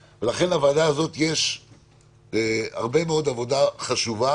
לוועדה הזאת יש הרבה מאוד עבודה חשובה